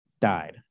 died